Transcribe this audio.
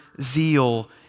zeal